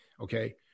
Okay